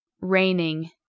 raining